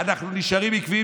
אנחנו נשארים עקביים.